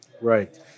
Right